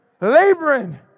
laboring